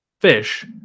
Fish